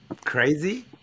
crazy